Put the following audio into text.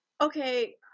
okay